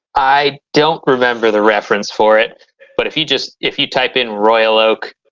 i don't remember the reference for it but if you just if you type in royal oak